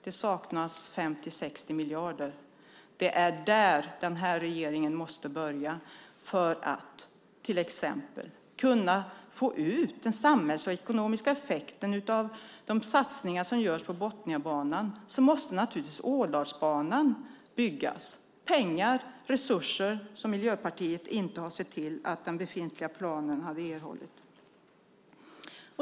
Det saknas 50-60 miljarder. Det är där denna regering måste börja. För att till exempel kunna få ut den samhällsekonomiska effekten av de satsningar som görs på Botniabanan måste naturligtvis Ådalsbanan byggas. Det är pengar och resurser som Miljöpartiet inte har sett till att den befintliga planen har erhållit.